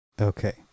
okay